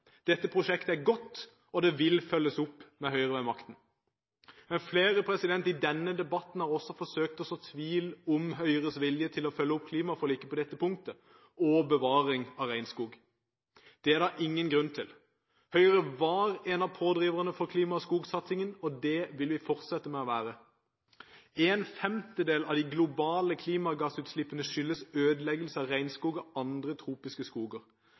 Dette prosjektet er godt, og det vil følges opp med Høyre ved makten. Flere i denne debatten har forsøkt å så tvil om Høyres vilje til å følge opp klimaforliket på dette punktet – og til bevaring av regnskog. Det er det ingen grunn til. Høyre var en av pådriverne for klima- og skogsatsingen, og det vil vi fortsette å være. En femtedel av de globale klimagassutslippene skyldes ødeleggelse av regnskog og andre tropiske skoger.